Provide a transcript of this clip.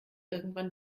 irgendwann